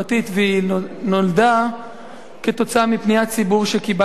היא נולדה כתוצאה מפניית ציבור שקיבלתי.